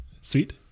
sweet